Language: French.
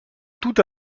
toute